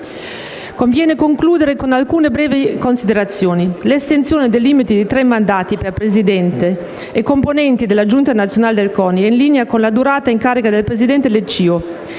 Conviene concludere con alcune brevi considerazioni. L'estensione del limite di tre mandati per presidente e componenti della giunta nazionale del CONI è in linea con la durata in carica del presidente del